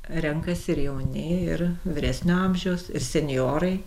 renkasi ir jauni ir vyresnio amžiaus ir senjorai